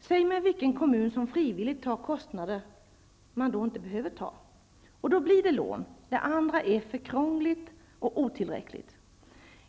Säg mig vilken kommun som frivilligt tar kostnader som den inte behöver ta, och då blir det lån. Det andra är för krångligt och otillräckligt.